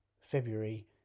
February